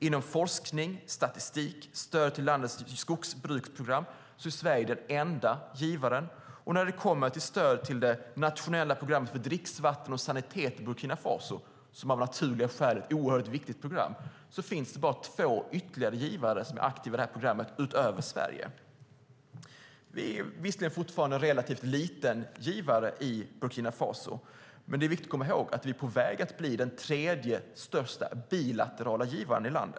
Inom forskning, statistik och stöd till landets skogsbruksprogram är Sverige den enda givaren, och när det kommer till stöd till det nationella programmet för dricksvatten och sanitet i Burkina Faso, som av naturliga skäl är ett oerhört viktigt program, finns det bara två ytterligare givare utöver Sverige. Vi är fortfarande en relativt liten givare i Burkina Faso, men vi är ändå på väg att bli den tredje största bilaterala givaren.